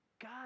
God